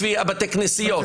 לפי בתי הכנסיות,